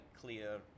clear